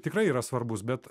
tikrai yra svarbus bet